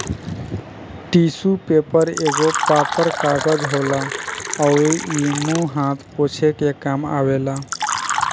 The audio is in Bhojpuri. टिशु पेपर एगो पातर कागज होला अउरी इ मुंह हाथ पोछे के काम आवेला